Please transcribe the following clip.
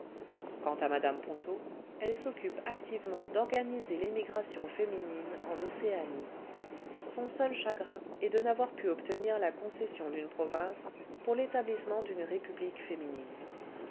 quant à mme ponto elle s'occupe activement d'organiser l'émigration féminine en océanie son seul chagrin est de n'avoir pu obtenir la concession d'une province pour l'établissement d'une république féminine